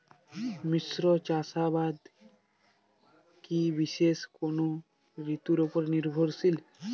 মিশ্র চাষাবাদ কি বিশেষ কোনো ঋতুর ওপর নির্ভরশীল?